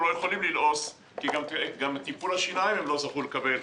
הם לא יכולים ללעוס כי גם את טיפול השיניים הם לא זכו לקבל,